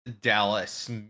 dallas